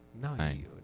Nine